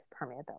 permeability